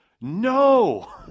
No